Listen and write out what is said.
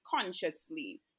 consciously